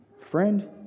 Friend